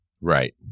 Right